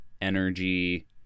energy